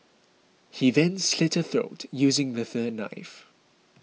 he then slit her throat using the third knife